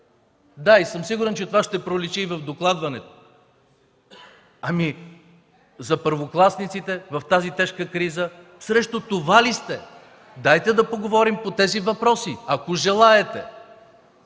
съм, че това ще проличи и при докладването. Ами за първокласниците в тази тежка криза? Срещу това ли сте?! Дайте да поговорим за тези въпроси, ако желаете.